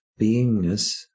beingness